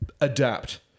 Adapt